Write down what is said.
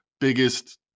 biggest